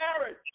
marriage